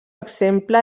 exemple